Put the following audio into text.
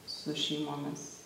su šeimomis